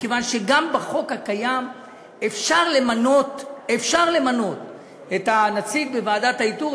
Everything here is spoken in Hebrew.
מכיוון שגם לפי החוק הקיים אפשר למנות את הנציג בוועדת האיתור,